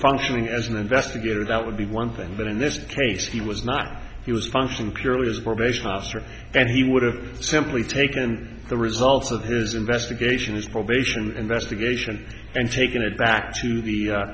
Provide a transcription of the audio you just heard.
functioning as an investigator that would be one thing but in this case he was not he was functioning purely as a probation officer and he would have simply taken the results of his investigation as probation investigation and taken it back to the